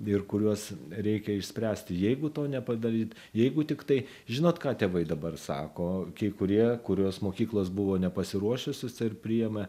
ir kuriuos reikia išspręsti jeigu to nepadaryt jeigu tiktai žinot ką tėvai dabar sako kai kurie kurios mokyklos buvo nepasiruošusios ir priėmė